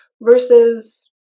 Versus